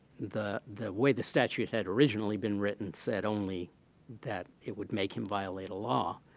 the the way the statute had originally been written said only that it would make him violate a law.